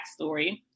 backstory